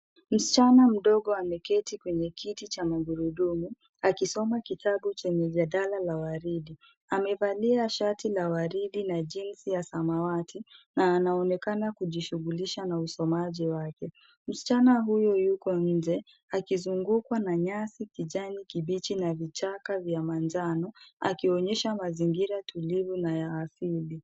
Msichana mdogo ameketi kwenye kiti cha magurudumu, akisoma kitabu chenye jalada la waridi. Amevalia shati la waridi na jeans ya samawati na anaonekana kujishughulisha na usomaji wake. Msichana huyu yuko nje akizungukwa na nyasi kijani kibichi na vichaka vya manjano, akionyesha mazingira tulivu na ya asili.